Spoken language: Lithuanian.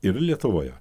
ir lietuvoje